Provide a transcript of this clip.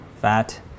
fat